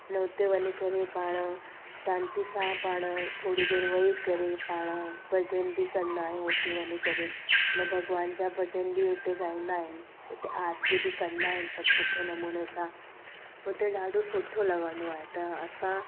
अन हुते वञी करे पाण शांती सां पाण थोरी देरि वेही करे पाण भॼनि बि कंदा आहियूं हुते वञी करे हिन भॻवान जा भॼनि बि हुते गाईंदा आहिनि हुते आरती बि कंदा आहिनि सभु सुठे नमूने सां हुते ॾाढो सुठो लॻंदो आहे त असां